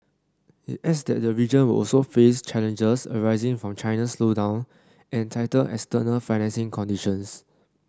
it adds that the region will also face challenges arising from China's slowdown and tighter external financing conditions